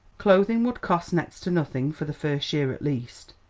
clothing would cost next to nothing for the first year, at least,